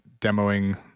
demoing